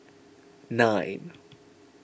nine